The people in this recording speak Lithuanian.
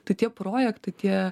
tai tie projektai tie